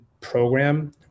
program